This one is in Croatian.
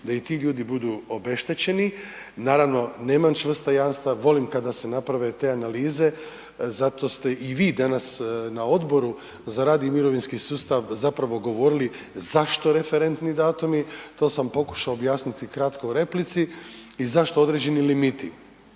da i ti ljudi budu obeštećeni, naravno nema čvrsta jamstva, volim kada se naprave te analize, zato ste i vi danas na Odboru za rad i mirovinski sustav zapravo govorili zašto referentni datumi, to sam pokušao objasniti kratko u replici i zašto određeni limiti.